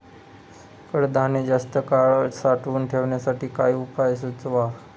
कडधान्य जास्त काळ साठवून ठेवण्यासाठी काही उपाय सुचवा?